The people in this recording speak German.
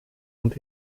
und